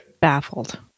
baffled